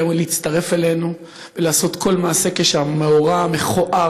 להצטרף אלינו ולעשות כל מעשה כדי שהמאורע המכוער,